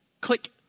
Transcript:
click